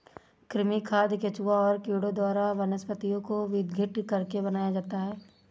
कृमि खाद केंचुआ और कीड़ों द्वारा वनस्पतियों को विघटित करके बनाया जाता है